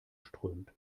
strömt